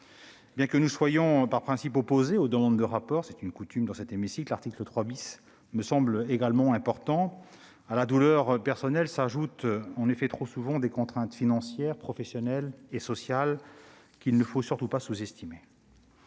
Bien que nous soyons par principe opposés aux demandes de rapport- c'est une coutume dans cet hémicycle -, l'article 3 me semble également important. À la douleur personnelle s'ajoutent en effet trop souvent des contraintes financières, professionnelles et sociales, qu'il ne faut surtout pas sous-estimer.